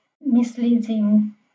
misleading